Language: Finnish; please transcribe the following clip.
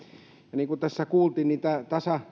niin kuin tässä kuultiin